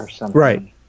Right